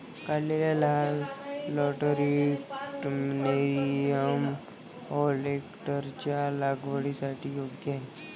काढलेले लाल lateritic Nerium ओलेन्डरच्या लागवडीसाठी योग्य आहे